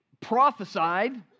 prophesied